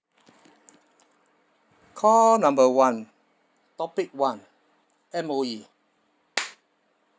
call number one topic one M_O_E